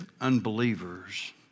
unbelievers